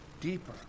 deeper